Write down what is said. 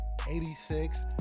86